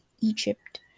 Egypt